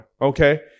Okay